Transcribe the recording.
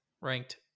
ranked